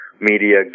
media